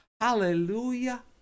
hallelujah